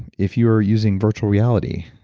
if you are using virtual reality,